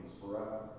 forever